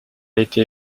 été